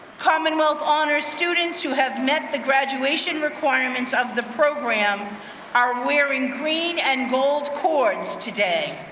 commonwealth honors students who have met the graduation requirements of the program are wearing green and gold cords today.